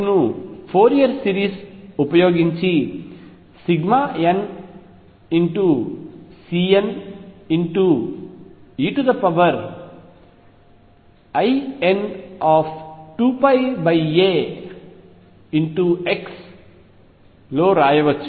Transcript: V ను Fourier series ఉపయోగించి nCnein2πax లో వ్రాయవచ్చు